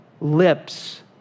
lips